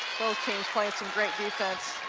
both teams playing some greatdefense